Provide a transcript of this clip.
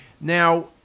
now